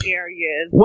areas